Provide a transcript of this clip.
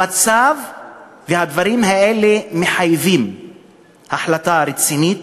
המצב והדברים האלה מחייבים החלטה רצינית,